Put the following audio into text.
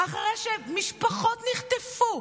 אחרי שמשפחות נחטפו,